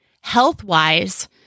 health-wise